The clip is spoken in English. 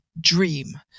dream